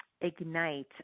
ignite